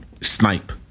snipe